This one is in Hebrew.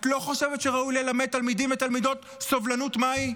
את לא חושבת שראוי ללמד תלמידים ותלמידות סובלנות מהי?